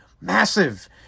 massive